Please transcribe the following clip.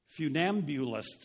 funambulists